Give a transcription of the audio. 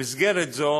במסגרת זו